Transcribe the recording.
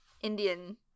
Indian